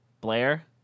Blair